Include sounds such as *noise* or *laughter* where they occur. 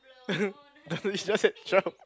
*laughs* definitely she just said twelve